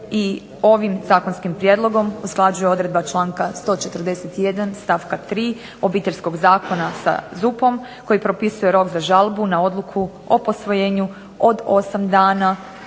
ovim zakonskim prijedlogom usklađuje odredba članka 141. stavka 3. obiteljskog zakona sa ZUP-om, koji propisuje rok za žalbu na odluku o posvojenju od 8 dana